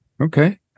Okay